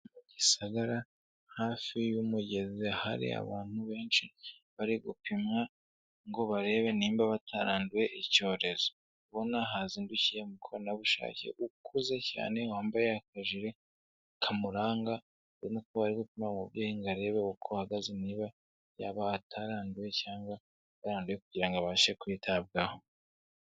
Gisagara hafi y'umugezi hari abantu benshi bari gupimwa ngo barebe nimba bataranduye icyorezo, ubona hazindukiye mukoranabushake ukuze cyane wambaye akajiri kamuranga. Kubonako bari gupima umubyeyi ngo arebe uko ahagaze niba yaba ataranduye cyangwa yaranduye kugira ngo abashe kwitabwaho.